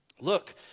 look